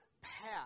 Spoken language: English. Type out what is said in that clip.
path